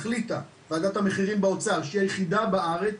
וועדת המחירים במשרד האוצר החליטה שהיא היחידה בארץ,